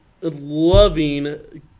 loving